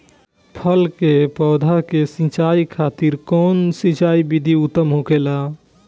फल के पौधो के सिंचाई खातिर कउन सिंचाई विधि उत्तम होखेला?